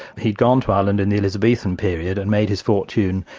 he'd gone to ireland in the elizabethan period and made his fortune,